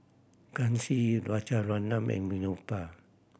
Kanshi Rajaratnam and Vinoba